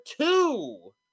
two